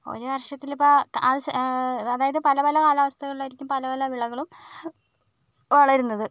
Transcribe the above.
ഒരു വർഷത്തിലിപ്പോൾ അതായത് പല പല കാലാവസ്ഥകളിലായിരിക്കും പല പല വിളകളും വളരുന്നത്